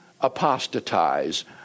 apostatize